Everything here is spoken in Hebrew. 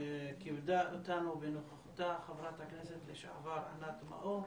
כיבדה אותנו בנוכחותה חברת הכנסת לשעבר ענת מאור,